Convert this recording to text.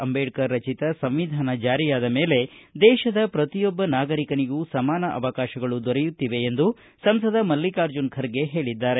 ಅಂಬೇಡ್ತರ್ ರಚಿತ ಸಂವಿಧಾನ ಜಾರಿಯಾದ ಮೇಲೆ ದೇಶದ ಪ್ರತಿಯೊಬ್ಬ ನಾಗರಿಕನಿಗೂ ಸಮಾನ ಅವಕಾಶ ದೊರೆಯುತ್ತಿದೆ ಎಂದು ಸಂಸದ ಮಲ್ಲಿಕಾರ್ಜುನ ಖರ್ಗೆ ಹೇಳದ್ದಾರೆ